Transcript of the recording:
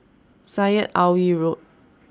Syed Alwi Road